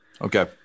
Okay